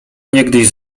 niegdyś